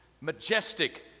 majestic